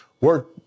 work